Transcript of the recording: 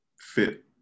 fit